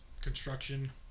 Construction